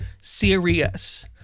serious